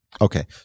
Okay